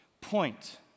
point